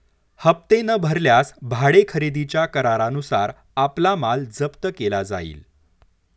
हप्ते न भरल्यास भाडे खरेदीच्या करारानुसार आपला माल जप्त केला जाईल